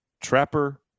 Trapper